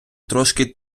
трошки